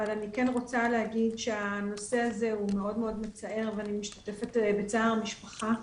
אבל אני רוצה להגיד שהנושא הזה הוא מאוד מצער ואני משתתפת בצער המשפחה.